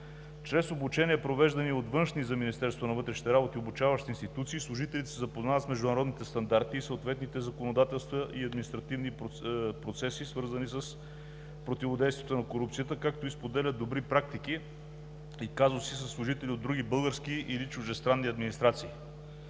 Чрез обучения, провеждани от външни за Министерството на вътрешните работи обучаващи институции, служителите се запознават с международните стандарти и съответните законодателства и административни процеси, свързани с противодействието на корупцията, както и споделят добри практики и казуси със служители от други български или чуждестранни администрации.